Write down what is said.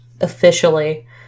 officially